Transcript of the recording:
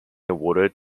awarded